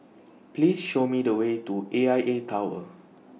Please Show Me The Way to A I A Tower